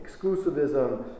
exclusivism